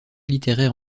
littéraires